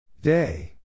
Day